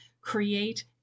create